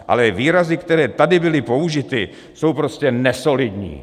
Ale výrazy, které tady byly použity, jsou prostě nesolidní.